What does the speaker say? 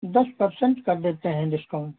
दस परसेंट कर देते हैं डिस्काउंट